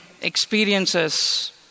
experiences